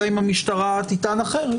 אלא אם המשטרה תטען אחרת,